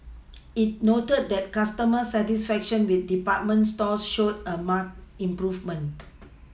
it noted that customer satisfaction with department stores showed a marked improvement